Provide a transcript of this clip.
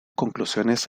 conclusiones